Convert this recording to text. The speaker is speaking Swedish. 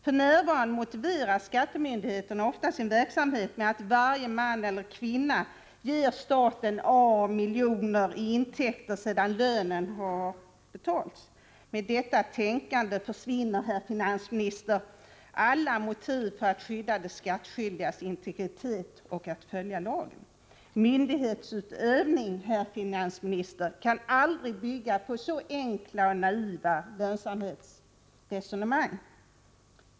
F.n. motiverar skattemyndigheterna ofta sin verksamhet med att varje man eller kvinna ger staten A miljoner i intäkter sedan lönen har betalts. Med detta tänkande försvinner, herr finansminister, alla motiv för att skydda de skattskyldigas integritet och att följa lagen. Myndighetsutövning, herr finansminister, kan aldrig bygga på så enkla och naiva lönsamhetsresonemang.